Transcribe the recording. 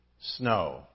snow